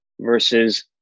versus